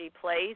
place